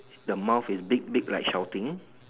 the mouth is big big like shouting